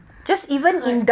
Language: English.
hurt